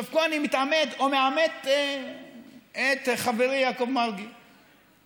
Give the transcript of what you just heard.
פה אני מתעמת עם חברי יעקב מרגי, או מעמת.